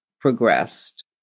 progressed